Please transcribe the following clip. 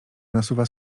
nasuwa